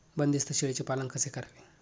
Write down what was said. बंदिस्त शेळीचे पालन कसे करावे?